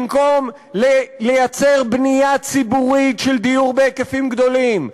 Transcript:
במקום לייצר בנייה ציבורית של דיור בהיקפים גדולים,